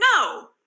no